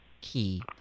key